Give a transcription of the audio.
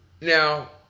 Now